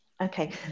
Okay